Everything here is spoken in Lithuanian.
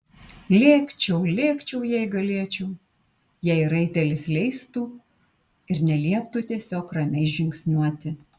lėkčiau lėkčiau jei galėčiau jei raitelis leistų ir nelieptų tiesiog ramiai žingsniuoti